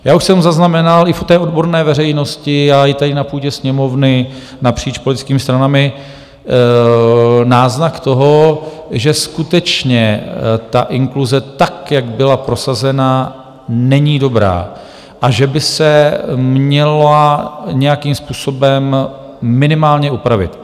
Já už jsem zaznamenal i v té odborné veřejnosti a i tady na půdě Sněmovny napříč politickými stranami náznak toho, že skutečně ta inkluze tak, jak byla prosazena, není dobrá a že by se měla nějakým způsobem minimálně upravit.